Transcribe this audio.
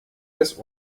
des